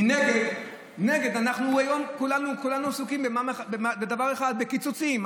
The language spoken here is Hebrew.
מנגד, היום כולנו עסוקים בדבר אחד, בקיצוצים.